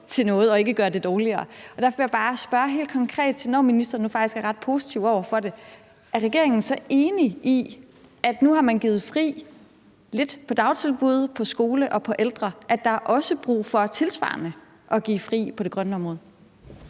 til noget, og ikke gør det dårligere. Derfor vil jeg bare spørge helt konkret, når ministeren nu faktisk er ret positiv over for det: Er regeringen så enig i, at når man nu lidt har givet det fri i forhold til dagtilbud, skoler og ældreområdet, så er der også brug for tilsvarende at give det fri på det grønne område?